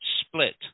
split